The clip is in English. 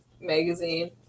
magazine